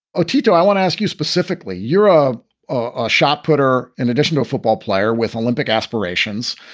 lotito, i want to ask you specifically, you're ah a shot putter. in addition to a football player with olympic aspirations,